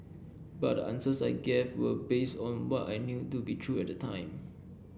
but the answers I gave were based on what I knew to be true at the time